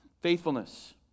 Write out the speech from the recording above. Faithfulness